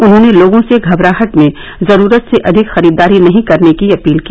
उन्होंने लोगों से घबराहट में जरूरत से अधिक खरीदारी नहीं करने की अपील की